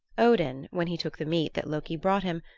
odin, when he took the meat that loki brought him,